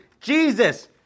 Jesus